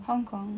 hong-kong